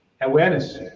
awareness